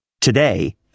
today